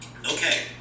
Okay